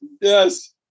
yes